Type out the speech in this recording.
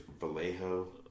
Vallejo